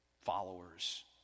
followers